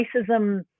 racism